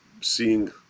seeing